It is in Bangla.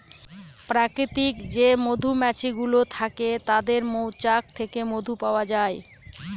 প্রাকৃতিক যে মধুমাছি গুলো থাকে তাদের মৌচাক থেকে মধু পাওয়া যায়